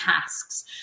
tasks